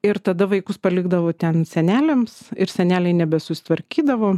ir tada vaikus palikdavo ten seneliams ir seneliai nebesusitvarkydavo